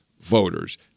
voters